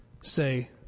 say